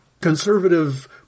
conservative